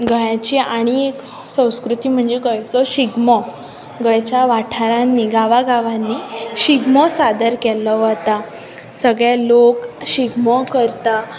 गोंयची आनी एक संस्कृती म्हणजे गोंयाचो शिगमो घरच्या वाठारांनी गांवागांवांनी शिगमो सादर केल्लो वता सगळें लोक शिगमो करता